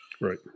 Right